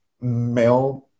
male